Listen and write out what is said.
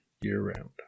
year-round